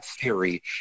theory